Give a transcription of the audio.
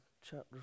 chapter